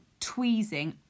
tweezing